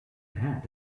ahead